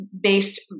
based